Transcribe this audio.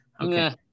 Okay